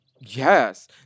Yes